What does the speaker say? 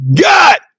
got